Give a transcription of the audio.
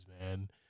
man